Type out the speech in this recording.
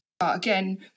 again